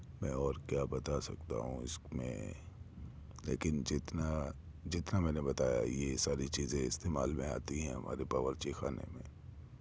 میں اور کیا بتا سکتا ہوں اس میں لیکن جتنا جتنا میں نے بتایا ہے یہ ساری چیزیں استعمال میں آتی ہیں ہمارے باروچی خانے میں